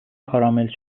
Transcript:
کارامل